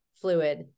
fluid